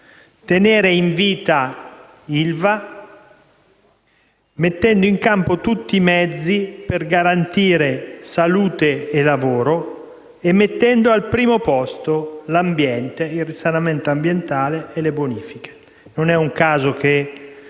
tenere in vita l'ILVA mettendo in campo tutti i mezzi per garantire salute e lavoro e mettendo al primo posto il risanamento ambientale e le bonifiche. Non è un caso che